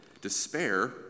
despair